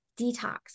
detox